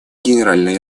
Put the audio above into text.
генеральной